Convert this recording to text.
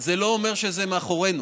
זה לא אומר שזה מאחורינו.